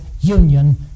union